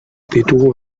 ditugu